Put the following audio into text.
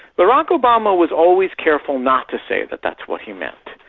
barak obama was always careful not to say that that's what he meant.